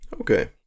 Okay